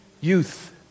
Youth